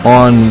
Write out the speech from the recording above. on